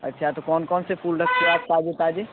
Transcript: अच्छा तो कौन कौन से फूल रखते हैं आप ताजे ताजे